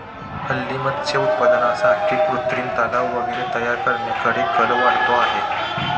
हल्ली मत्स्य उत्पादनासाठी कृत्रिम तलाव वगैरे तयार करण्याकडे कल वाढतो आहे